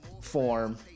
form